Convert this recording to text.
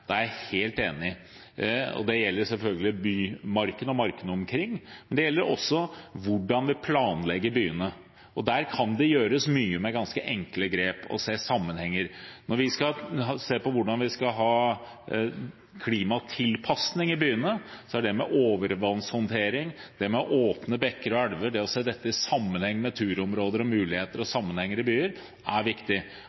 er jeg helt enig. Det gjelder selvfølgelig bymarkene og markene omkring, men det gjelder også hvordan vi planlegger byene. Der kan det gjøres mye med ganske enkle grep og ved å se sammenhenger. Når vi skal se på hvordan vi skal ha klimatilpasning i byene, er det viktig å se dette med overvannshåndtering og åpne bekker og elver i sammenheng med turområder og muligheter og